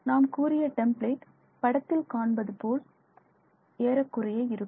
நாம் கூறிய டெம்ப்ளேட் படத்தில் காண்பதுபோல் ஏறக்குறைய இருக்கும்